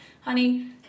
honey